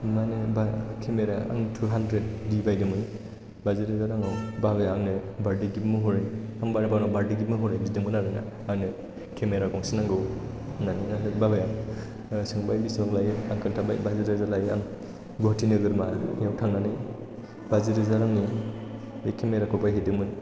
मानो होनोबा केमेरा या आं टु हान्द्रेड डि बायदोंमोन बाजि रोजा रांआव आं बाबानाव बार्थडे गिफ्ट महरै बिदोंमोन आरोना आंनो केमेरा गंसे नांगौ होननानै ओमफ्राय बाबाया सोंबाय बेसेबां लायो आं खोन्थाबाय बाजिरोजा लायो आं गुवाहाटि नोगोरमायाव थांनानै बाजिरोजा रांनि बे केमेरा खौ बायहैदोंमोन